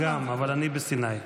גם, אבל אני ב"סיני".